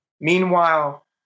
Meanwhile